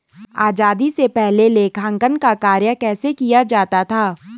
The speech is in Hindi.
आजादी से पहले लेखांकन का कार्य कैसे किया जाता था?